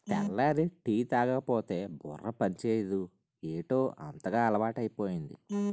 తెల్లారి టీ తాగకపోతే బుర్ర పనిచేయదు ఏటౌ అంతగా అలవాటైపోయింది